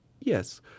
yes